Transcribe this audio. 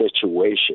situation